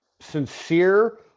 sincere